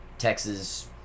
texas